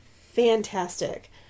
fantastic